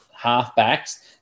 halfbacks